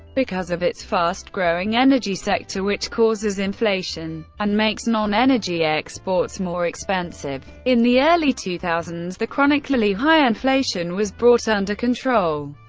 because of its fast-growing energy sector, which causes inflation and makes non-energy exports more expensive. in the early two thousand s the chronically high inflation was brought under control.